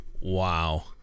Wow